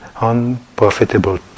unprofitable